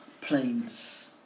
planes